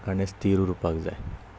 ताणें स्थीर उरपाक जाय